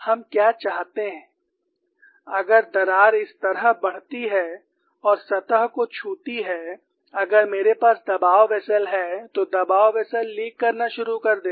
हम क्या चाहते हैं अगर दरार इस तरह बढ़ती है और सतह को छूती है अगर मेरे पास दबाव वेसल है तो दबाव वेसल लीक करना शुरू कर देगा